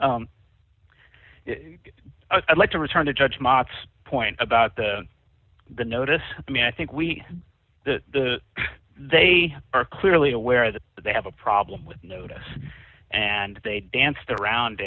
i'd like to return to judge mots point about the notice i mean i think we the they are clearly aware that they have a problem with notice and they danced around